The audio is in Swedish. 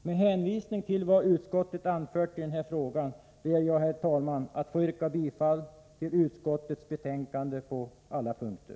Med hänvisning till vad utskottet har anfört i denna fråga ber jag, herr talman, att få yrka bifall till utskottets hemställan på alla punkter.